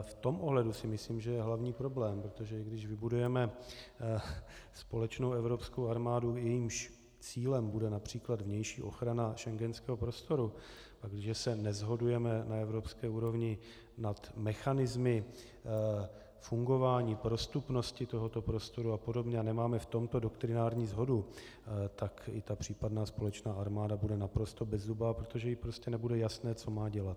V tom ohledu si myslím, že je hlavní problém, protože když vybudujeme společnou evropskou armádu, jejímž cílem bude například vnější ochrana schengenského prostoru, a když se neshodujeme na evropské úrovni nad mechanismy fungování prostupnosti tohoto prostoru a podobně a nemáme v tomto doktrinální shodu, tak i ta případná společná armáda bude naprosto bezzubá, protože jí nebude prostě jasné, co má dělat.